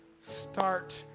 start